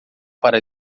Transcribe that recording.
para